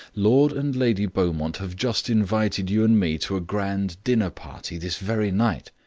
lord and lady beaumont have just invited you and me to a grand dinner-party this very night,